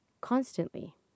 constantly